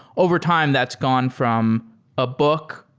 overtime, that's gone from a book,